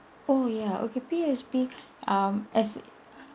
oh ya okay P_O_S_B um as